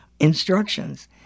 instructions